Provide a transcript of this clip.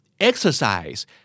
exercise